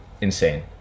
insane